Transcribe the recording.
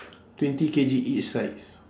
twenty K_G each sides